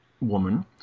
woman